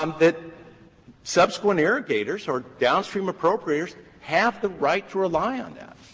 um that subsequent irrigators or downstream appropriators have the right to rely on that.